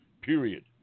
period